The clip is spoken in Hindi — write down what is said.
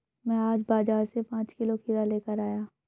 मैं आज बाजार से पांच किलो खीरा लेकर आया